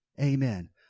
Amen